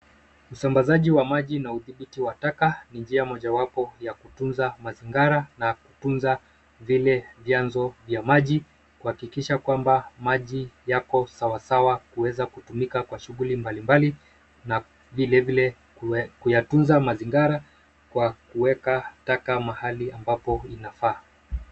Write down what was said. Usambazaji wa maji na udhibiti wa taka ni njia mojawapo ya kutunza mazingira na kutunza zile vianzo vya maji kuhakikisha kwamba maji yako sawa sawa kuweza kutumika kwa shughuli mbali mbali na vile vile kuyatunza mazingira kwa kuweka taka mahali ambapo inafaa.